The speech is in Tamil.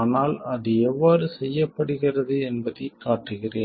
ஆனால் அது எவ்வாறு செய்யப்படுகிறது என்பதைக் காட்டுகிறேன்